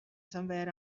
somewhere